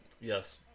Yes